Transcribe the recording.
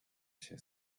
się